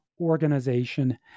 organization